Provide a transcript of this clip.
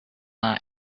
lot